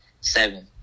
seven